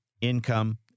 income